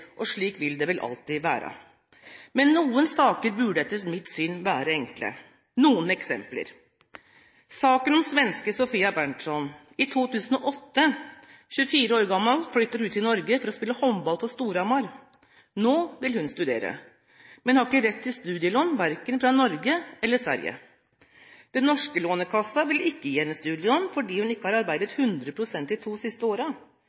og slik vil det vel alltid være. Men noen saker burde etter mitt syn være enkle. Noen eksempler: saken om svenske Sofia Berndtsson. I 2008, 24 år gammel, flyttet hun til Norge for å spille håndball for Storhamar. Nå vil hun studere, men har ikke rett til studielån verken fra Norge eller Sverige. Den norske lånekassa vil ikke gi henne studielån, fordi hun ikke har arbeidet 100 pst. de to siste